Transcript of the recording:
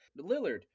Lillard